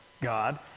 God